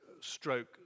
stroke